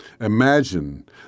Imagine